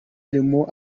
harimo